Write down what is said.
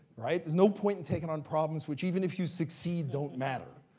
right? there's no point in taking on problems which, even if you succeed, don't matter.